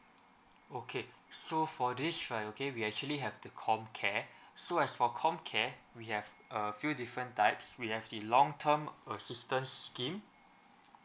okay so for this sure okay we actually have the COMCARE so as for COMCARE we have a few different types we have the long term assistance scheme